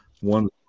one